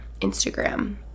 instagram